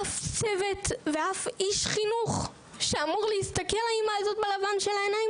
אף צוות ואף איש חינוך שאמור להסתכל לאימא הזאת בלבן של העיניים,